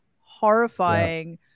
horrifying